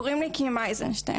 קוראים לי קים אייזנשטיין.